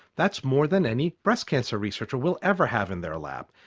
that's more than any breast cancer researcher will ever have in their lab.